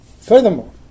furthermore